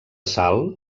sal